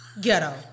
Ghetto